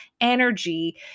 energy